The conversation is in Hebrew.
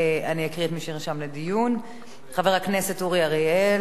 אקריא את שמות מי שנרשם לדיון: חבר הכנסת אורי אריאל,